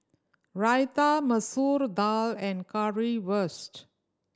Raita Masoor Dal and Currywurst